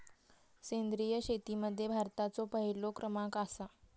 सेंद्रिय शेतीमध्ये भारताचो पहिलो क्रमांक आसा